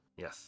Yes